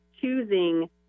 choosing